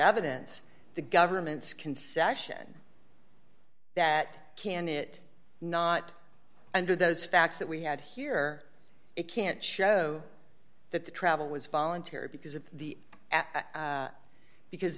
evidence the government's concession that can it not under those facts that we had here it can't show that the travel was voluntary because of the because